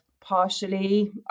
partially